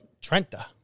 Trenta